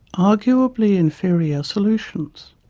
arguably inferior, solutions.